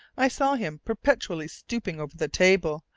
i saw him perpetually stooping over the table,